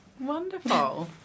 wonderful